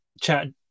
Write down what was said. chat